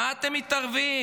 מה אתם מתערבים,